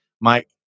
Mike